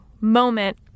moment